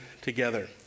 together